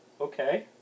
Okay